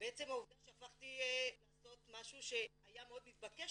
בעצם העובדה שהפכתי לעשות משהו שהיה מאוד מתבקש,